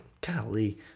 Golly